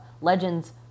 Legends